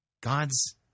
God's